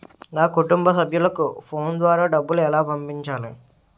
నా కుటుంబ సభ్యులకు ఫోన్ ద్వారా డబ్బులు ఎలా పంపించాలి?